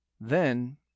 Then